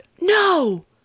No